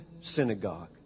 synagogue